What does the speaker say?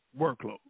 workload